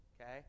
Okay